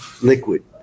liquid